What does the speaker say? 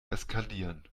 eskalieren